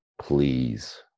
Please